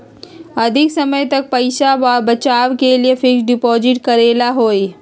अधिक समय तक पईसा बचाव के लिए फिक्स डिपॉजिट करेला होयई?